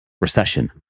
recession